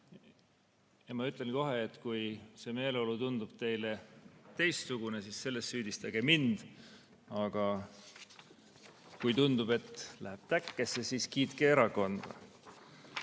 Ma ütlen kohe, et kui see meeleolu tundub teile teistsugune, siis selles süüdistage mind. Aga kui tundub, et läheb täkkesse, siis kiitke erakonda! Ma